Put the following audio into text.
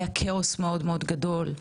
היה כאוס מאוד מאוד גדול,